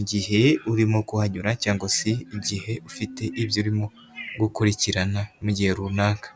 igihe urimo kuhanyura cyangwa se igihe ufite ibyo urimo gukurikirana mu gihe runaka.